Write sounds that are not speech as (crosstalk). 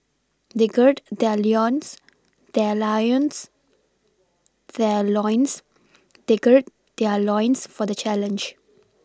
they gird their (unintelligible) their Lions their loins they gird their loins for the challenge